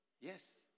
Yes